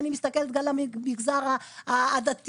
אם אני מסתכלת על המגזר הדתי,